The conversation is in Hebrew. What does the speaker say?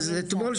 אז אתמול,